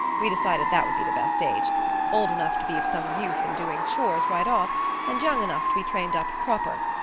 we decided that would be the best age old enough to be of some use in doing chores right off and young enough to be trained up proper.